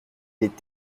est